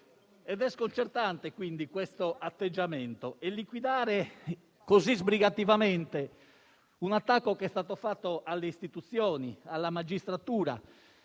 È sconcertante questo atteggiamento, così come il liquidare così sbrigativamente un attacco che è stato fatto alle istituzioni, alla magistratura.